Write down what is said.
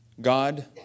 God